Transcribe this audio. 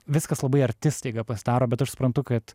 viskas labai arti staiga pasidaro bet aš suprantu kad